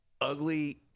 ugly